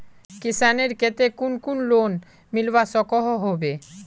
किसानेर केते कुन कुन लोन मिलवा सकोहो होबे?